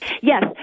Yes